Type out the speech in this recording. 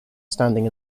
standing